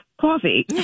coffee